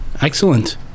excellent